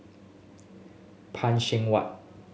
Phan Seng Whatt